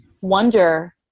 wonder